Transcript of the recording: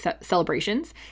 celebrations